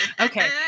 okay